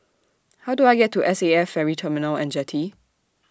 How Do I get to S A F Ferry Terminal and Jetty